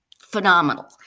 phenomenal